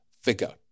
figure